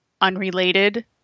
unrelated